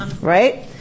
Right